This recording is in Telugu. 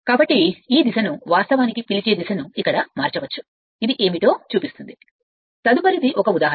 కాబట్టి ఈ దిశను వాస్తవానికి పిలిచే దిశను ఇక్కడ మార్చవచ్చు ఇది ఏమిటో చూపిస్తుంది తదుపరిది ఒక ఉదాహరణ